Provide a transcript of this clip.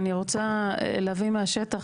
אני רוצה להביא מהשטח,